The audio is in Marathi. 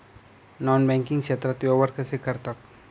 नॉन बँकिंग क्षेत्रात व्यवहार कसे करतात?